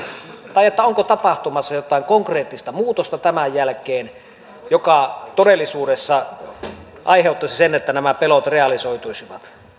tai onko tapahtumassa jotain konkreettista muutosta tämän jälkeen mikä todellisuudessa aiheuttaisi sen että nämä pelot realisoituisivat